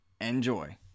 Enjoy